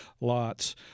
lots